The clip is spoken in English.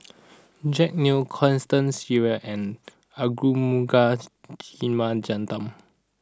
Jack Neo Constance Sheares and Arumugam Vijiaratnam